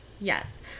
Yes